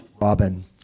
Robin